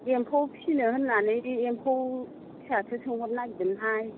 एम्फौ फिसिनो होन्नानै एम्फौ फिसासो सोंहरनो नागिरदोंमोन हाय